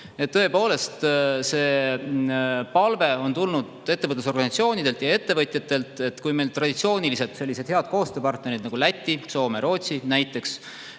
Tõepoolest, see palve on tulnud ettevõtlusorganisatsioonidelt ja ettevõtjatelt. Meil on traditsiooniliselt sellised head koostööpartnerid nagu Läti, Soome, Rootsi näiteks,